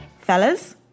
Fellas